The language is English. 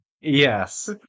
Yes